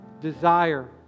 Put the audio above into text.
desire